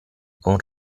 con